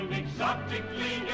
exotically